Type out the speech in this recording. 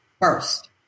first